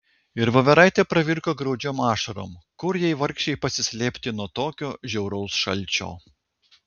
ir voveraitė pravirko graudžiom ašarom kur jai vargšei pasislėpti nuo tokio žiauraus šalčio